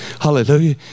hallelujah